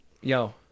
Yo